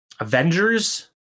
Avengers